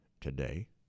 today